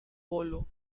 bolo